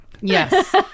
Yes